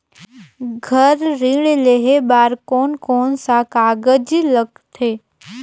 घर ऋण लेहे बार कोन कोन सा कागज लगथे?